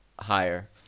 higher